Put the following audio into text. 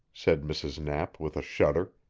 said mrs. knapp with a shudder.